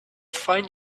find